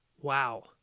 Wow